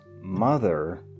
mother